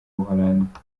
buholandi